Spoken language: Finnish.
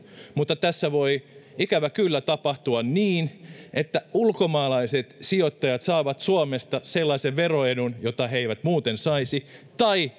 mutta tässä voi ikävä kyllä tapahtua niin että ulkomaalaiset sijoittajat saavat suomesta sellaisen veroedun jota he eivät muuten saisi tai